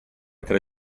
tre